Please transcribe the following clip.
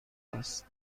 است